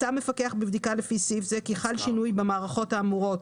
מצא המפקח בבדיקה לפי סעיף זה כי חל שינוי במערכות האמורות,